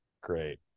great